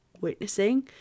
witnessing